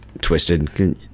twisted